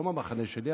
הוא לא מהמחנה שלי,